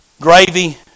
gravy